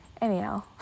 Anyhow